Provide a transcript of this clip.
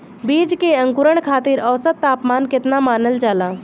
बीज के अंकुरण खातिर औसत तापमान केतना मानल जाला?